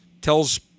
tells